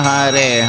Hare